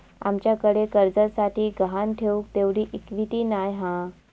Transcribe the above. आमच्याकडे कर्जासाठी गहाण ठेऊक तेवढी इक्विटी नाय हा